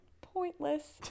Pointless